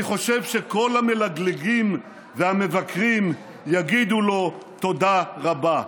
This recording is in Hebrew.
אני חושב שכל המלגלגים והמבקרים יגידו לו תודה רבה".